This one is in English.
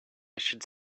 should